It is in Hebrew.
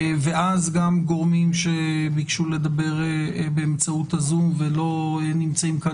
ואז גם גורמים שביקשו לדבר באמצעות הזום ולא נמצאים כאן,